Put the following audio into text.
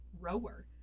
rower